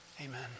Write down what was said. amen